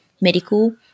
medical